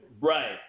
right